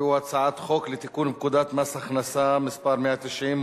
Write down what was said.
והוא: הצעת חוק לתיקון פקודת מס הכנסה (מס' 190)